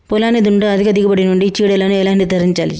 పొలాన్ని దున్నుట అధిక దిగుబడి నుండి చీడలను ఎలా నిర్ధారించాలి?